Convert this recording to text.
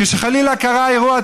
כשחלילה קרה אירוע טרור,